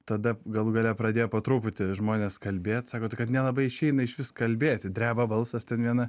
tada galų gale pradėjo po truputį žmonės kalbėt sako tai kad nelabai išeina išvis kalbėti dreba balsas ten viena